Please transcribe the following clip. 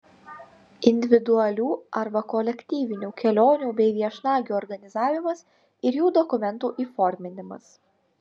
individualių arba kolektyvinių kelionių bei viešnagių organizavimas ir jų dokumentų įforminimas